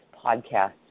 podcast